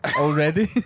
Already